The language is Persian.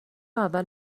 اول